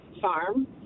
farm